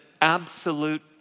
absolute